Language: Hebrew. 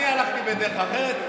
אני הלכתי בדרך אחרת,